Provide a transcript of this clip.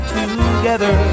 together